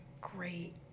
great